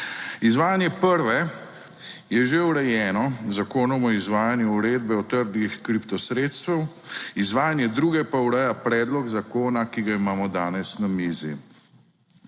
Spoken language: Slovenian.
Izvajanje prve je že urejeno z Zakonom o izvajanju uredbe o trgih kripto sredstev, izvajanje druge pa ureja predlog zakona, ki ga imamo danes na mizi.